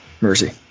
Mercy